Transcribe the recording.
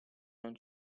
non